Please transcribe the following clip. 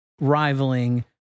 rivaling